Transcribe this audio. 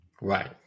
right